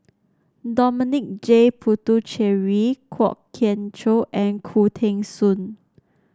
Dominic J Puthucheary Kwok Kian Chow and Khoo Teng Soon